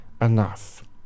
enough